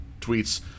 tweets